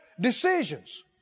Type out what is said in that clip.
decisions